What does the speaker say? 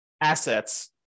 assets